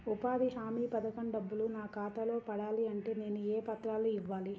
ఉపాధి హామీ పథకం డబ్బులు నా ఖాతాలో పడాలి అంటే నేను ఏ పత్రాలు ఇవ్వాలి?